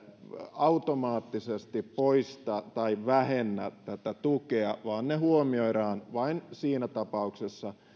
automaattisesti poista tai vähennä tätä tukea vaan ne huomioidaan vain siinä tapauksessa